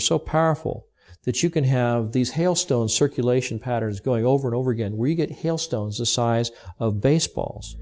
are so powerful that you can have these hailstones circulation patterns going over and over again we get hill stones the size of baseballs